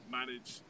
manage